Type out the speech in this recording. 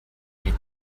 gli